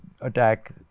attack